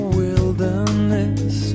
wilderness